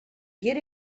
get